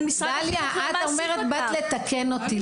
דליה, את אומרת באת לתקן אותי.